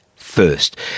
first